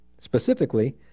specifically